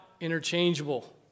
interchangeable